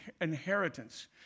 inheritance